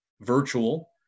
virtual